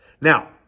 Now